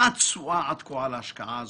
מה התשואה עד כה על ההשקעה הזאת?